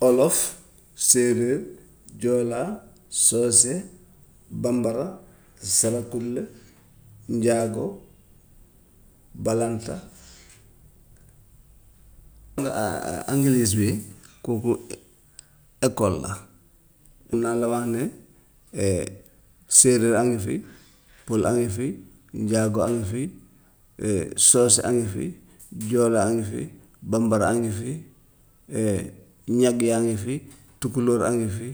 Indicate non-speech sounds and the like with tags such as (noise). Olof, séeréer, joola, soose, bambara, saraxule, njaago, balanta. (noise) Am na (hesitation) ambience bi kooku ekool la mun naa la wax ne (hesitation) séeréer a ngi fi, (noise) pël a ngi fi, njaago a ngi fi, (hesitation) soose a ngi fi, (noise) joola a ngi fi, bambara a ngi fi, (hesitation) ñag yaa ngi fi, (noise) tukulóor a ngi fi,